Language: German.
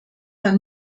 dann